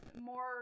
more